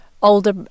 older